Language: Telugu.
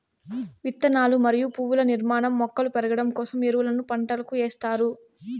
విత్తనాలు మరియు పువ్వుల నిర్మాణం, మొగ్గలు పెరగడం కోసం ఎరువులను పంటలకు ఎస్తారు